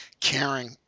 caring